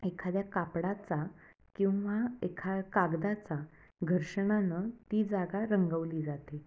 एखाद्या कापडाचा किंवा एखा कागदाचा घर्षणानं ती जागा रंगवली जाते